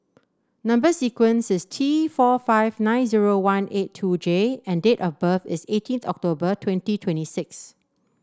number sequence is T four five nine zero one eight two J and date of birth is eighteenth October twenty twenty six